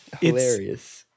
hilarious